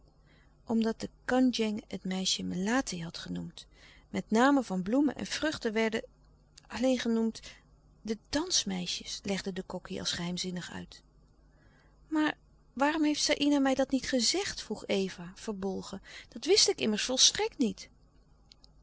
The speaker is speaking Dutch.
omdat de kandjeng het meisje melati had genoemd met namen van bloemen en vruchten werden alleen genoemd de dansmeisjes legde de kokkie als geheimzinnig uit maar waarom heeft saïna mij dat niet gezegd vroeg eva verbolgen dat wist ik immers volstrekt niet